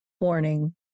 Warning